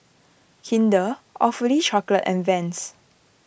Kinder Awfully Chocolate and Vans